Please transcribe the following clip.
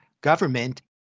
government